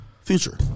Future